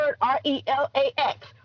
r-e-l-a-x